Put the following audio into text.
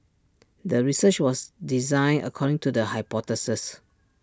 the research was designed according to the hypothesis